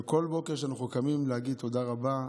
וכל בוקר כשאנחנו קמים להגיד תודה רבה,